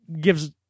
gives